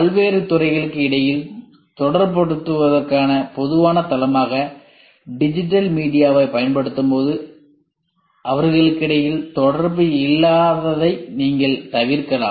பல்வேறு துறைகளுக்கு இடையில் தொடர்புகொள்வதற்கான பொதுவான தளமாக டிஜிட்டல் மீடியாவைப் பயன்படுத்தும்போது அவர்களுக்கிடையில் தொடர்பு இல்லாததை நீங்கள் தவிர்க்கலாம்